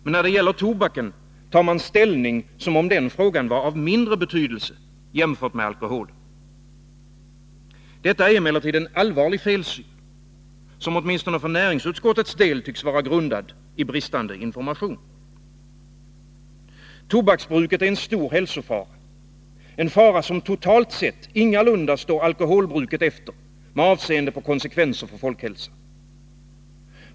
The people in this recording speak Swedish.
Men när det gäller tobaken tar man ställning som om den frågan var av mindre betydelse jämfört med alkoholen. Detta är emellertid en allvarlig felsyn, som åtminstone för näringsutskottets del tycks vara grundad i bristande information. Tobaksbruket är en stor hälsofara, en fara som totalt sett ingalunda står alkoholbruket efter med avseende på konsekvenser för folkhälsan.